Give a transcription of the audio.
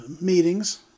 meetings